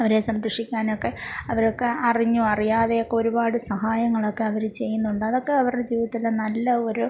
അവരെ സംരക്ഷിക്കാനൊക്കെ അവരൊക്കെ അറിഞ്ഞോ അറിയാതെയൊക്കൊരുപാട് സാഹായങ്ങളൊക്കെ അവർ ചെയ്യുന്നുണ്ട് അതൊക്കെ അവരുടെ ജീവിതത്തിലെ നല്ല ഒരു